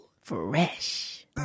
Fresh